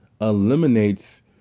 eliminates